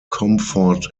comfort